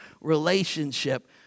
relationship